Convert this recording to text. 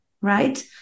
right